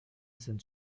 sind